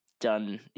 done